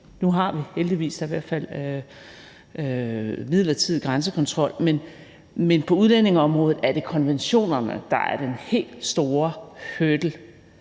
nu har vi, heldigvis da, i hvert fald midlertidig grænsekontrol, men på udlændingeområdet er det konventionerne, der er den helt store hurdle